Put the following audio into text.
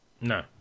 No